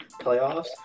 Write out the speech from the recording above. playoffs